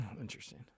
Interesting